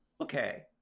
Okay